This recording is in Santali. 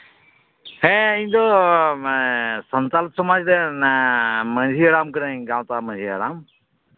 ᱦᱮᱸ ᱤᱧ ᱫᱚ ᱥᱟᱱᱛᱟᱲ ᱥᱚᱢᱟᱡ ᱨᱮᱱ ᱢᱟᱺᱡᱷᱤ ᱦᱟᱲᱟᱢ ᱠᱟᱹᱱᱟᱹᱧ ᱜᱟᱶᱛᱟ ᱢᱟᱺᱡᱷᱤ ᱦᱟᱲᱟᱢ